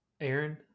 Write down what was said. aaron